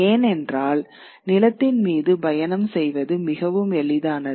ஏனென்றால் நிலத்தின் மீது பயணம் செய்வது மிகவும் எளிதானது